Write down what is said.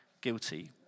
guilty